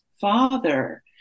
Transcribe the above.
father